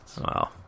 wow